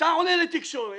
אתה עולה לתקשורת.